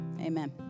Amen